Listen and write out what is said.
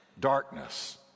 darkness